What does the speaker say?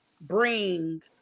bring